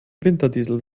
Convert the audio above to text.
winterdiesel